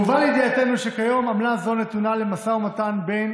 הובא לידיעתנו שכיום עמלה זו נתונה למשא ומתן בין